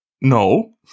no